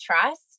trust